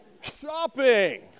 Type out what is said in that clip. Shopping